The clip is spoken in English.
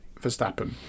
Verstappen